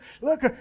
look